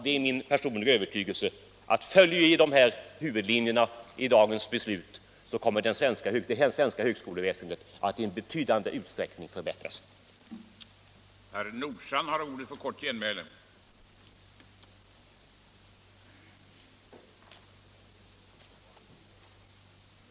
Det är min personliga övertygelse att följer vi huvudlinjerna i dagens beslut så kommer det svenska högskoleväsendet att i betydlig utsträckning förbättras. Jag yrkar bifall till de socialdemokratiska reservationerna och i övrigt till utskottets förslag på samtliga punkter.